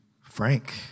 Frank